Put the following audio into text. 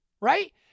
right